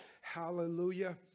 Hallelujah